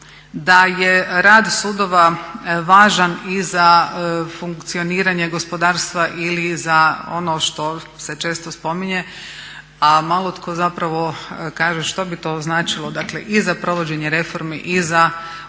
Da je rad sudova važan i za funkcioniranje gospodarstva ili za ono što se često spominje a malo tko zapravo kaže što bi to značilo dakle i za provođenje reformi i za u konačnici